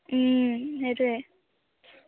সেইটোৱে